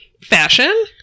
Fashion